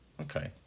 Okay